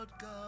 God